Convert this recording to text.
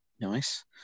Nice